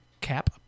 Cap